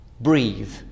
breathe